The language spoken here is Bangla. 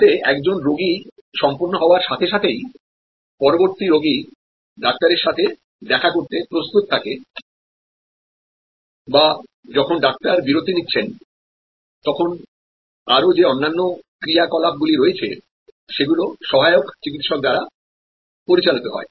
যাহাতে একজন রোগী সম্পন্ন হওয়ার সাথে সাথেই পরবর্তী রোগী ডাক্তারের সাথে দেখা করতে প্রস্তুত থাকে বা যখন ডাক্তার বিরতি নিচ্ছেন তখন আরও যে অন্যান্য ক্রিয়াকলাপগুলি রয়েছে সেগুলি সহায়ক চিকিত্সক দ্বারা পরিচালিত হয়